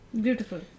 Beautiful